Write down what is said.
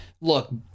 look